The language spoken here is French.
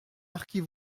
marquis